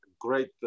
great